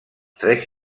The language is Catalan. tres